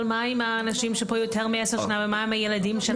אבל מה עם האנשים שפה יותר מעשר שנים ומה עם הילדים שלהם?